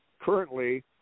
Currently